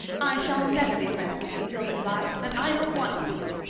i shall never be friends with you, gilbert blythe and i don't want to be!